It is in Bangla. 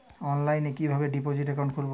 অনলাইনে কিভাবে ডিপোজিট অ্যাকাউন্ট খুলবো?